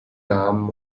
namen